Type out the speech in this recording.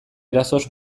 erasoz